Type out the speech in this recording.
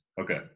Okay